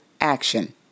action